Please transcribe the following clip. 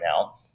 now